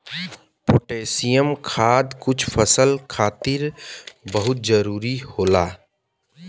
potassium खाद कुछ फसल खातिर बहुत जादा जरूरी होला